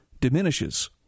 diminishes